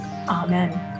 Amen